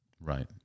Right